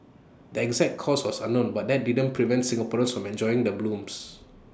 the exact cause was unknown but that didn't prevent Singaporeans from enjoying the blooms